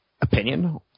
opinion